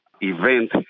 event